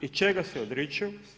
I čega se odriču?